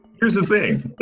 here's the thing,